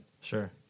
Sure